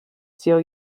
steal